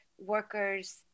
workers